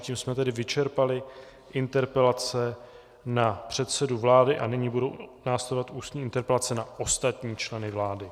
Tím jsme tedy vyčerpali interpelace na předsedu vlády a nyní budou následovat ústní interpelace na ostatní členy vlády.